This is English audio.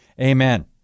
Amen